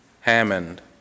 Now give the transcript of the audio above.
Hammond